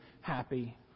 happy